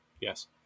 Yes